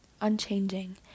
unchanging